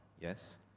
yes